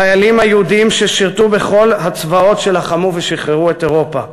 החיילים היהודים ששירתו בכל הצבאות שלחמו ושחררו את אירופה.